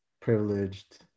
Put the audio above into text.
privileged